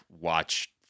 watch